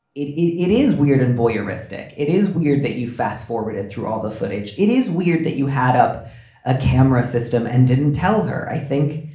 it it is weird and voyeuristic, it is weird that you fast forwarded through all the footage. it is weird that you had up a camera system and didn't tell her, i think.